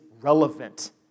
relevant